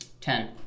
Ten